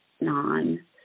non-